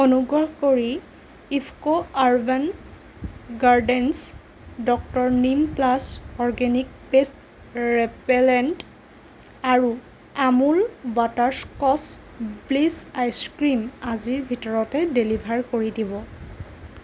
অনুগ্ৰহ কৰি IFFCO urban gardens doctor neem plus organic pest repellent আৰু Amul butter scotch bliss ice cream আজিৰ ভিতৰতে ডেলিভাৰ কৰি দিব